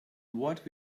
what